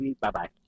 Bye-bye